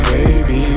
Baby